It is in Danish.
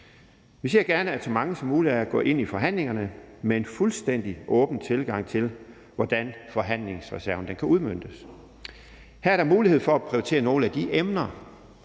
Vi ser gerne, at så mange som muligt går ind i forhandlingerne med en fuldstændig åben tilgang til, hvordan forhandlingsreserven kan udmøntes. Her er der mulighed for at prioritere nogle af de emner,